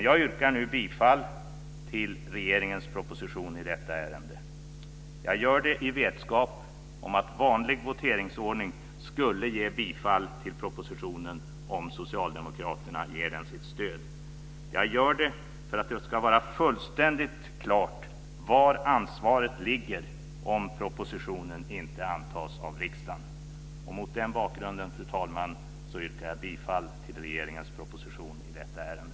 Jag yrkar nu bifall till regeringens proposition i detta ärende. Jag gör det i vetskap om att en vanlig propositionsordning skulle ge bifall till propositionen, om socialdemokraterna ger den sitt stöd. Jag gör det för att det ska vara fullständigt klart var ansvaret ligger, om propositionen inte antas av riksdagen. Mot denna bakgrund, fru talman, yrkar jag bifall till regeringens proposition i detta ärende.